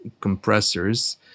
compressors